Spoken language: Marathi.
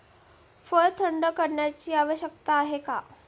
फळ थंड करण्याची आवश्यकता का आहे?